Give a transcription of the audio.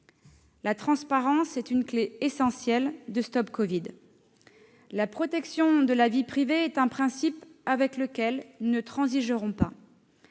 La transparence est une clé essentielle de StopCovid. La protection de la vie privée est un principe avec lequel nous ne transigerons pas.